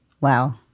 Wow